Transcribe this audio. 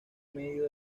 medio